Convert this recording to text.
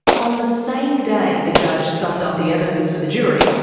on the same day the judge summed up the evidence for the jury,